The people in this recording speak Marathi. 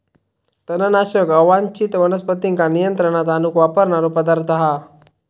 तणनाशक अवांच्छित वनस्पतींका नियंत्रणात आणूक वापरणारो पदार्थ हा